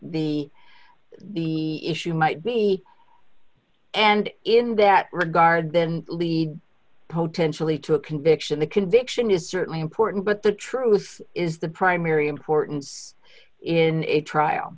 the the issue might be and in that regard then lead potenza lead to a conviction the conviction is certainly important but the truth is the primary importance in a trial